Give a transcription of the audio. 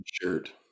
shirt